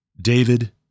David